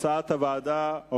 כהצעת הוועדה.